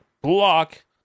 block